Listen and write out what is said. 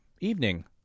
Evening